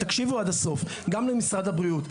תקשיבו עד הסוף, גם למשרד הבריאות.